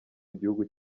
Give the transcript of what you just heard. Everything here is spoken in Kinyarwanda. gihugu